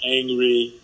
angry